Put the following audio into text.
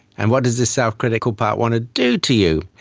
and what does this self-critical part want to do to you?